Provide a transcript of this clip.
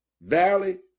Valley